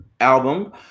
album